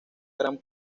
gran